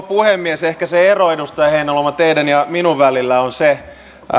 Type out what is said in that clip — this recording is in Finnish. puhemies ehkä se ero edustaja heinäluoma teidän ja minun välillä on se